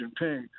Jinping